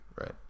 right